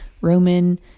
Roman